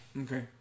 Okay